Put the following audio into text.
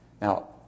Now